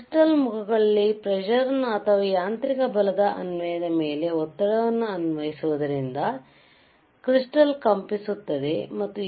crystal ಮುಖಗಳಲ್ಲಿ pressure ನ್ನು ಅಥವಾ ಯಾಂತ್ರಿಕ ಬಲದ ಅನ್ವಯದ ಮೇಲೆ ಒತ್ತಡವನ್ನು ಅನ್ವಯಿಸುವುದರಿಂದಕ್ರಿಸ್ಟಾಲ್ ಕಂಪಿಸುತ್ತದೆ ಮತ್ತು A